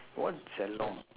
what